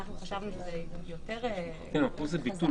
חשבנו שזה יותר חזק.